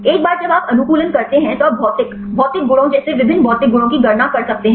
एक बार जब आप अनुकूलन करते हैं तो आप भौतिक भौतिक गुणों जैसे विभिन्न भौतिक गुणों की गणना कर सकते हैं